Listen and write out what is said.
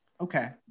okay